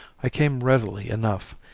i came readily enough,